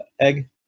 egg